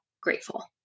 grateful